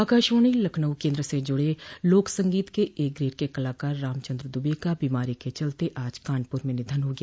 आकाशवाणी लखनऊ केन्द्र से जुड़े लोक संगीत के ए ग्रेड के कलाकार रामचन्द्र दुबे का बीमारी के चलते आज कानपुर में निधन हो गया